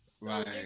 right